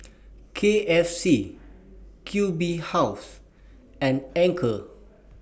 K F C Q B House and Anchor